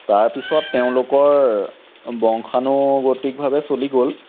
তাৰপিছত তেওঁলোকৰ বংশানুগতিকভাৱে চলি গ'ল